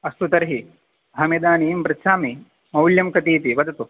अस्तु तर्हि अहमिदानीं पृच्छामि मौल्यं कति इति वदतु